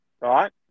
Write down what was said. right